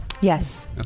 Yes